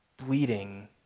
bleeding